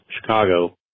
Chicago